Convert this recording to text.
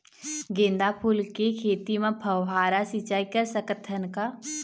गेंदा फूल के खेती म फव्वारा सिचाई कर सकत हन का?